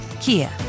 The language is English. Kia